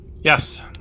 Yes